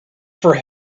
for